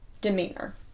demeanor